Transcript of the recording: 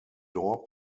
door